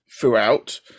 throughout